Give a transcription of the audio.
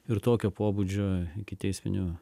ir tokio pobūdžio ikiteisminių